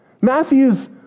Matthew's